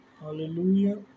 Hallelujah